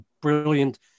brilliant